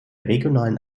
regionalen